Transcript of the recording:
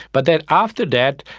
but then after that,